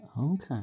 Okay